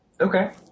Okay